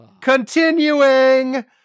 Continuing